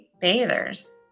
Bathers